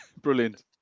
Brilliant